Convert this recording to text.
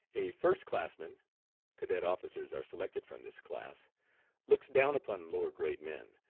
a first-classman cadet officers are selected from this class looks down upon lower grade men,